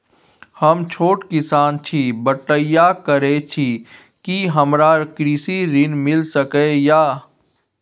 हम छोट किसान छी, बटईया करे छी कि हमरा कृषि ऋण मिल सके या?